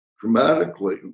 dramatically